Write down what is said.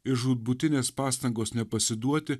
ir žūtbūtinės pastangos nepasiduoti